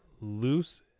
loose